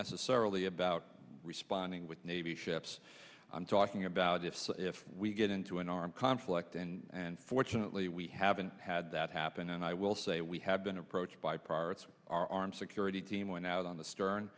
necessarily about responding with navy ships i'm talking about this if we get into an armed conflict and unfortunately we haven't had that happen and i will say we have been approached by pirates are armed security team went out on the stern